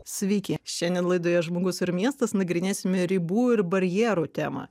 sveiki šiandien laidoje žmogus ir miestas nagrinėsime ribų ir barjerų temą